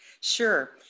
Sure